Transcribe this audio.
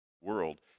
world